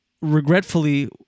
regretfully